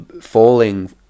falling